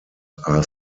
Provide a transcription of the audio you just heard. are